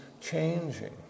changing